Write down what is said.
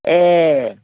ए